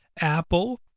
Apple